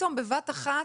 פתאום בבת אחת,